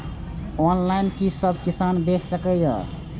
Online कि सब किसान बैच सके ये?